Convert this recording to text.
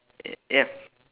y~ ya